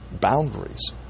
boundaries